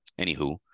anywho